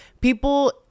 people